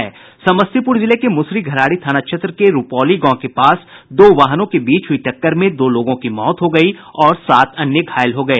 समस्तीपुर जिले के मुसरीघरारी थाना क्षेत्र के रुपौली गांव के पास दो वाहनों के बीच हुयी टक्कर में दो लोगों की मौत हो गई और सात अन्य घायल हो गए